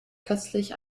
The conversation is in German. köstlich